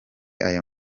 aya